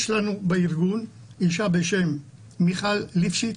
יש לנו בארגון אישה בשם מיכל ליפשיץ,